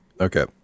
Okay